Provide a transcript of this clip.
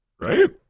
right